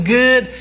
good